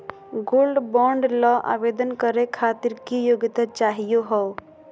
Gold bond ल आवेदन करे खातीर की योग्यता चाहियो हो?